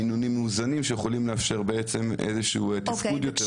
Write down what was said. מינונים מאוזנים שיכולים לאפשר איזשהו תפקוד יותר טוב.